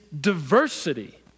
diversity